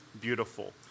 beautiful